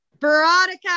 Veronica